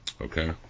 Okay